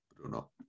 Bruno